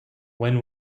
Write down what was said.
when